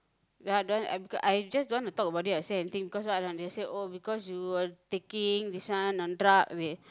ya I don't want beca~ I just don't want to talk about it or say anything because why or not they say oh because you were taking this one on drug with